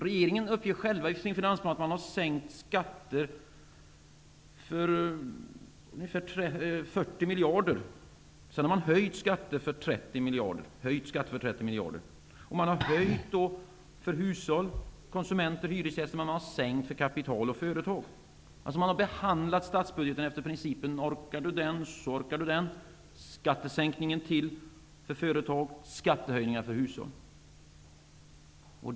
Regeringen uppger i sin finansplan att man har sänkt skatter med ungefär 40 miljarder. Man har höjt skatter med 30 miljarder. Man har höjt för hushåll, konsumenter och hyresgäster, och man har sänkt för kapital och företag. Man har behandlat statsbudgeten efter principen: orkar du det ena så orkar du det andra. Skattesänkning är till för företag, skattehöjning för hushåll.